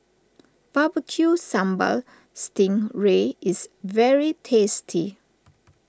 Barbecue Sambal Sting Ray is very tasty